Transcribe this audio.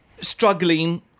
struggling